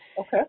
Okay